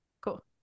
Cool